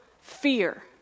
fear